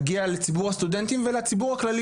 מגיע לציבור הסטודנטים ולציבור הכללי